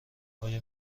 آیا